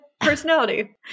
personality